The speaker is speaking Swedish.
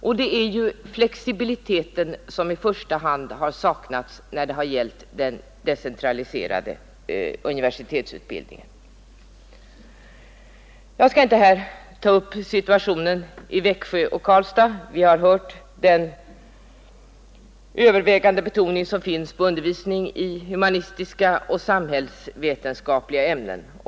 Och det är ju flexibiliteten som i första hand har saknats i den decentraliserade universitetsutbildningen. Jag skall inte här ta upp ämnesfördelningen i Växjö och Karlstad. Vi har hört om den övervägande betoning som finns på undervisning i humanistiska och samhällsvetenskapliga ämnen.